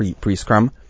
pre-scrum